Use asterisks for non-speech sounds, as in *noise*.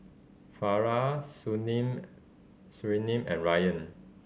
Farah *unintelligible* Surinam and Ryan